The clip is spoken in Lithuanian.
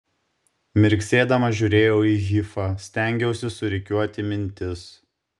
mirksėdama žiūrėjau į hifą stengiausi surikiuoti mintis